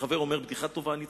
כשחבר אומר בדיחה טובה אני צוחק.